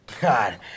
God